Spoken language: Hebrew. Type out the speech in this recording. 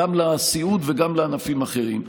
גם לסיעוד וגם לענפים אחרים.